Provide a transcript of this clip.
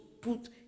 put